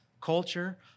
culture